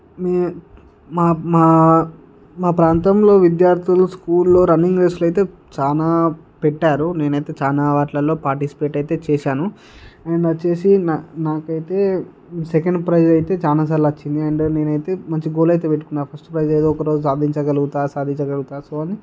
మీ మా మా మా ప్రాంతంలో విద్యార్థులు స్కూల్లో రన్నింగ్ రేస్లు అయితే చాలా పెట్టారు నేనైతే చాలా వాటిలో పార్టిసిపేట్ అయితే చేశాను నేను వచ్చి నాకైతే సెకండ్ ప్రైజ్ అయితే చాలా సార్లు వచ్చింది అండ్ నేనైతే మంచి గోల్ ఐతే పెట్టుకున్నాను ఫస్ట్ ప్రైస్ నేను ఏదో ఒక రోజు సాధించగలుగుతా సాధించగలుగుతాను సో అని